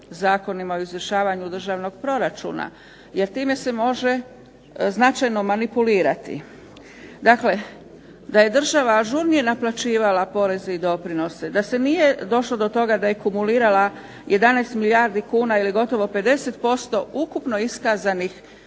zakonima o izvršavanju državnog proračuna jer tim se može značajno manipulirati. Dakle, da je država ažurnije naplaćivala poreze i doprinose, da se nije došlo do toga da je kumulirala 11 milijardi kuna ili gotovo 50% ukupno iskazanih